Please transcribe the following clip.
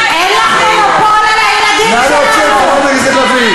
נא להוציא את חברת הכנסת לביא.